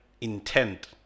intent